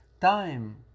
time